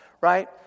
right